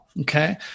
Okay